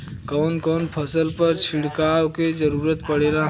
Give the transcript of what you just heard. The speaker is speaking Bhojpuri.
कवन कवन फसल पर छिड़काव के जरूरत पड़ेला?